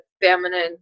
feminine